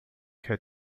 katie